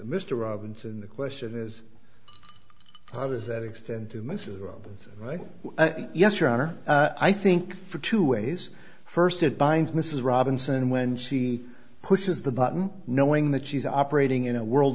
mr robinson the question is how does that extend to mr right yes your honor i think for two ways first it binds mrs robinson when she pushes the button knowing that she's operating in a world